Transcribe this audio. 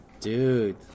Dude